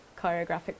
choreographic